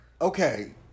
Okay